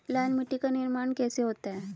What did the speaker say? लाल मिट्टी का निर्माण कैसे होता है?